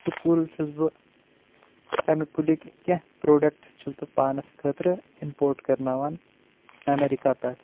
سُہ کُل چھُس بہٕ تمہِ کُلکۍ کینٛہہ پروڈکٹس چھُس بہٕ پانس خٲطرٕ امپورٹ کرناوان ایٚمریکا پٮ۪ٹھ